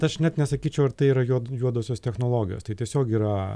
tai aš net nesakyčiau ar tai yra juod juodosios technologijos tai tiesiog yra